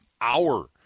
hour